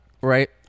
right